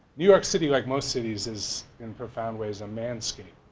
new york city like most cities is in profound ways a man scape.